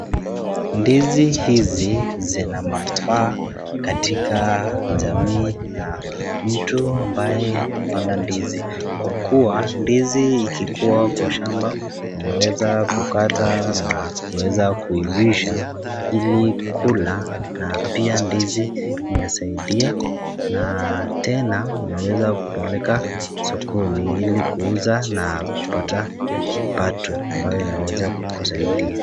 Ndizi hizi zina manufaa katika jamii na mtu ambaye amepanda ndizi, kwa kuwa ndizi ikikua kwa shambani unaweza kukata na kuweza kuivisha ili kula na pia ndizi inasaidia na tena unaweza kupeleka sokoni ili kuuza na kupata pato ambayo inaweza kukusaidia.